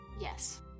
Yes